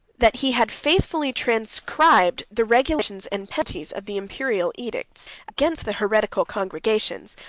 that he had faithfully transcribed the regulations and penalties of the imperial edicts, against the heretical congregations,